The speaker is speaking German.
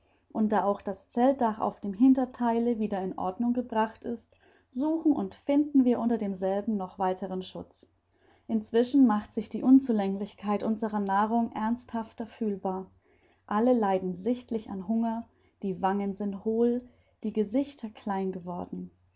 und da auch das zeltdach auf dem hintertheile wieder in ordnung gebracht ist suchen und finden wir unter demselben noch weiteren schutz inzwischen macht sich die unzulänglichkeit unserer nahrung ernsthafter fühlbar alle leiden sichtlich an hunger die wangen sind hohl die gesichter klein geworden